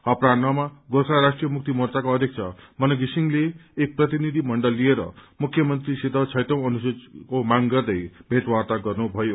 अपरान्ड्र गोर्खाराष्ट्रिय मुक्ति मोर्चाका अध्यक्ष मन विसिङले एक प्रतिनिधि मण्डल लिएर मुख्यमंत्रीसित छैंटौ अनुसुचीको मांग गर्दै भेटवार्ता गर्नुभयो